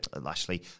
Lashley